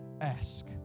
Ask